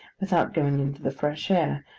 without going into the fresh air,